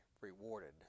rewarded